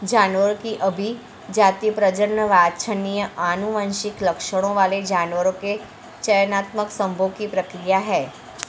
जानवरों की अभिजाती, प्रजनन वांछनीय आनुवंशिक लक्षणों वाले जानवरों के चयनात्मक संभोग की प्रक्रिया है